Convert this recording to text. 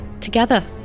together